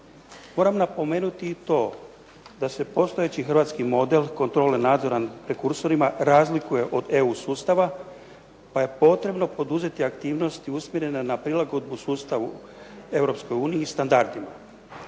Moram napomenuti i to da se postojeći hrvatski model kontrole nadzora nad prekursorima razlikuje od EU sustava pa je potrebno poduzeti aktivnosti usmjerene na prilagodbu sustavu Europskoj uniji